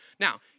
Now